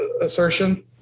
assertion